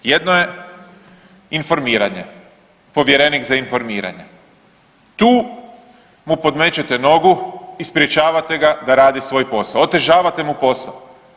Jedno je informiranje, povjerenik za informiranje, tu mu podmećete nogu i sprječavate ga da radi svoj posao, otežavate mu posao.